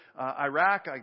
Iraq